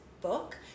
book